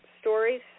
stories